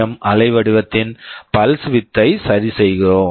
M PWM அலைவடிவத்தின் pulse width pulse width ஐ சரிசெய்கிறோம்